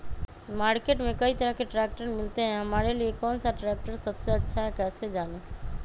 Market में कई तरह के ट्रैक्टर मिलते हैं हमारे लिए कौन सा ट्रैक्टर सबसे अच्छा है कैसे जाने?